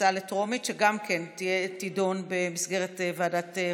הצעה לטרומית שגם כן תידון במסגרת ועדת החוקה,